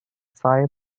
fire